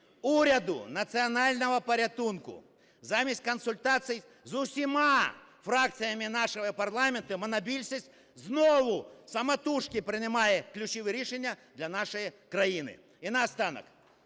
уряду національного порятунку, замість консультацій з усіма фракціями нашого парламенту монобільшість знову самотужки приймає ключові рішення для нашої країни. І наостанок.